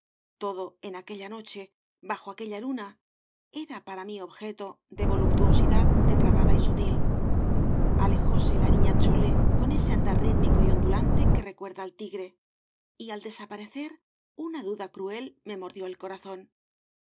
todo en aquella noche bajo aquella luna era para mí objeto de voluptuosidad depravada y sutil alejóse la niña chole con ese andar rítmico y ondulante que recuerda al tigre y al ss obras de valle inclan s desaparecer una duda cruel me mordió el corazón